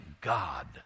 God